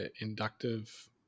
inductive